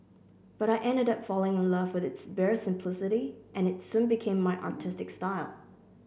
but I ended up falling in love with its bare simplicity and it soon became my artistic style